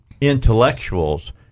intellectuals